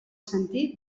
sentir